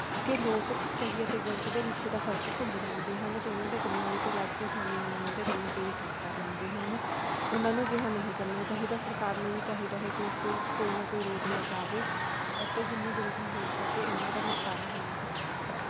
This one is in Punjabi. ਕਿ ਲੋਕ ਸਹੀ ਅਤੇ ਗਲਤ ਦੇ ਵਿੱਚ ਦਾ ਫਰਕ ਭੁੱਲ ਜਾਂਦੇ ਹਨ ਅਤੇ ਉਹਨਾਂ ਦੀਆਂ ਗੱਲਾਂ ਵਿੱਚ ਲੱਗ ਕੇ ਆਸਾਨੀ ਨਾਲ ਉਹਨਾਂ ਦੀਆਂ ਗੱਲਾਂ 'ਤੇ ਯਕੀਨ ਕਰ ਲੈਂਦੇ ਹਨ ਉਹਨਾਂ ਨੂੰ ਅਜਿਹਾ ਨਹੀਂ ਕਰਨਾ ਚਾਹੀਦਾ ਸਰਕਾਰ ਨੂੰ ਵੀ ਚਾਹੀਦਾ ਹੈ ਕੋਈ ਇਸ 'ਤੇ ਕੋਈ ਨਾ ਕੋਈ ਰੋਕ ਲਗਾਵੇ ਅਤੇ ਜਿੰਨੀ ਜਲਦੀ ਹੋ ਸਕੇ ਇਹਨਾਂ ਦਾ ਨਿਪਟਾਰਾ ਹੋਣਾ ਜ਼ਰੂਰੀ ਹੈ